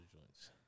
joints